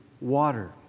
water